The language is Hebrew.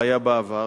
והיה בעבר,